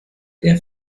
der